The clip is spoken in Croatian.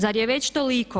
Zar je već toliko?